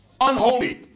unholy